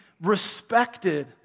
respected